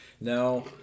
Now